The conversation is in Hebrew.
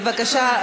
בבקשה,